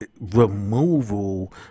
removal